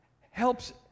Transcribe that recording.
helps